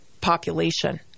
population